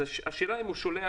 אם הוא שולח,